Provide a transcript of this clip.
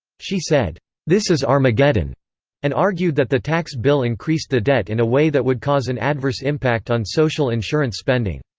she said this is armageddon and argued that the tax bill increased the debt in a way that would cause an adverse impact on social insurance spending.